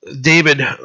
David